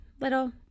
little